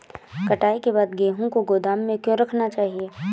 कटाई के बाद गेहूँ को गोदाम में क्यो रखना चाहिए?